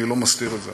אני לא מסתיר את זה,